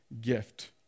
gift